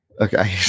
Okay